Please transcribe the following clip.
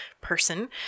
person